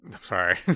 Sorry